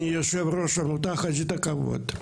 אני יושב ראש העמותה חזית הכבוד.